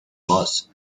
moss